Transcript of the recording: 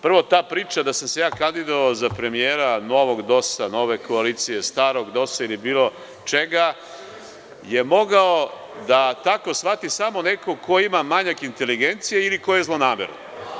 Prvo, ta priča da sam se ja kandidovao za premijera novog DOS-a, nove koalicije, starog DOS-a ili bilo čega, je mogao da tako shvati samo neko ko ima manjak inteligencije ili koji je zlonameran.